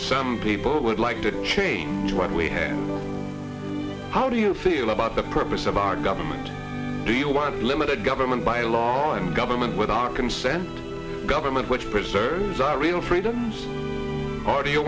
some people would like to change what we have how do you feel about the purpose of our government do you want limited government by a long time government without our consent government which preserves our real freedoms or do you